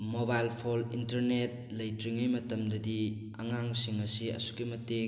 mobile phone internet ꯂꯩꯇ꯭ꯔꯤꯉꯩ ꯃꯇꯝꯗꯗꯤ ꯑꯉꯥꯡꯁꯤꯡ ꯑꯁꯤ ꯑꯁꯨꯛꯀꯤ ꯃꯇꯤꯛ